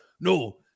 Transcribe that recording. No